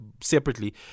separately